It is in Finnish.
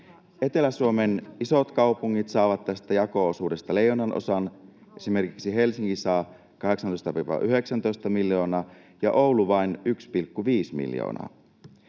Etelä-Suomen isot kaupungit saavat tästä jako-osuudesta leijonanosan, esimerkiksi Helsinki saa 18—19 miljoonaa ja Oulu vain 1,5 miljoonaa.